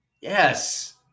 Yes